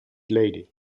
lady